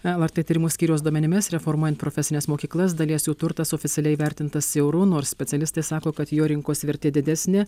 lrt tyrimų skyriaus duomenimis reformuojant profesines mokyklas dalies jų turtas oficialiai įvertintas euru nors specialistai sako kad jo rinkos vertė didesnė